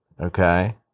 Okay